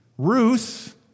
Ruth